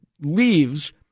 leaves